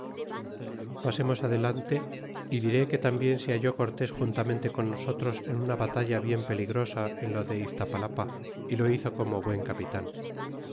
pasemos adelante y diré que tambien se halló cortés juntamente con nosotros en una batalla bien peligrosa en lo de iztapalapa y lo hizo como buen capitan